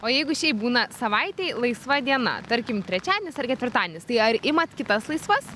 o jeigu šiaip būna savaitėj laisva diena tarkim trečiadienis ar ketvirtadienis tai ar imat kitas laisvas